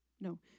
No